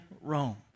Rome